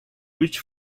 which